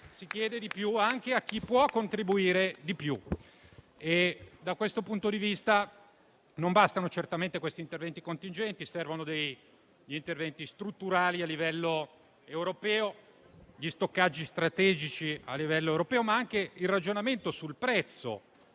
si chiede di più anche a chi può contribuire di più. Da questo punto di vista non bastano certamente questi interventi contingenti, ma servono interventi strutturali a livello europeo, con gli stoccaggi strategici, ma anche un ragionamento sul prezzo